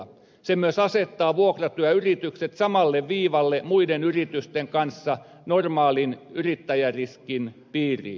se myös asettaa vuokratyöyritykset samalle viivalle muiden yritysten kanssa normaalin yrittäjäriskin piiriin